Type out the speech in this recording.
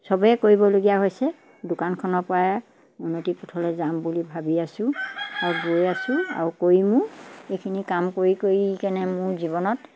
চবেই কৰিবলগীয়া হৈছে দোকানখনৰ পৰাই উন্নতি পথলৈ যাম বুলি ভাবি আছোঁ আৰু গৈ আছোঁ আৰু কৰিমো এইখিনি কাম কৰি কৰি কেনে মোৰ জীৱনত